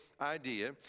idea